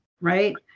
right